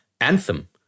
Anthem